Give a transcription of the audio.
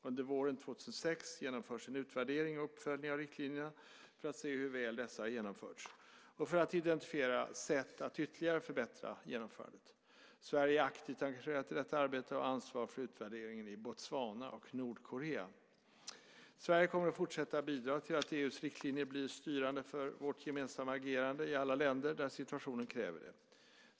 Under våren 2006 genomförs en utvärdering och uppföljning av riktlinjerna för att se hur väl dessa har genomförts och för att identifiera sätt att ytterligare förbättra genomförandet. Sverige är aktivt engagerat i detta arbete och har ansvar för utvärderingen i Botswana och Nordkorea. Sverige kommer att fortsätta bidra till att EU:s riktlinjer blir styrande för vårt gemensamma agerande i alla länder där situationen kräver det.